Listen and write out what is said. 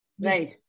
Right